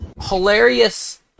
hilarious